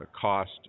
cost